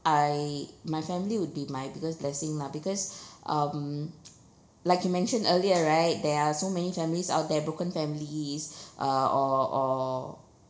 I my family would be my biggest blessing lah because um like you mentioned earlier right there are so many families out there broken families uh or or